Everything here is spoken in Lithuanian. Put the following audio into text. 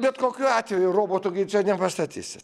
bet kokiu atveju robotų gi čia nepastatysit